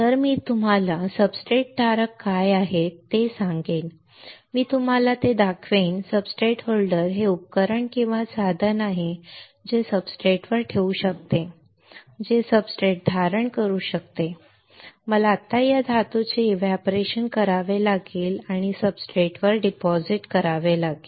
तर मी तुम्हाला सब्सट्रेट होल्डर काय आहेत ते सांगेन मी तुम्हाला ते दाखवेन सब्सट्रेट होल्डर हे उपकरण किंवा साधन आहे जे सब्सट्रेट ठेवू शकते जे सब्सट्रेट धारण करू शकते मला आत्ता या धातूचे एव्हपोरेशन करावे लागेल आणि सब्सट्रेट वर डिपॉझिट करा बरोबर